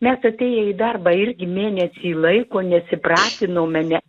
mes atėję į darbą irgi mėnesį laiko nesipratinome ne